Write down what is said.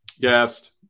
guest